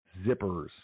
zippers